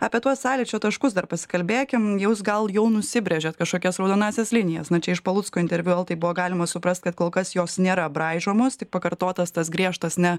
apie tuos sąlyčio taškus dar pasikalbėkim jūs gal jau nusibrėžėt kažkokias raudonąsias linijas na čia iš palucko interviu eltai buvo galima suprast kad kol kas jos nėra braižomos tik pakartotas tas griežtas ne